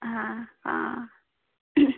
हां हां